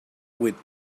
with